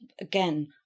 again